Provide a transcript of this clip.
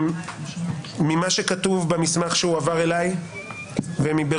ממה שכתוב במסמך שהועבר אליי ומברור,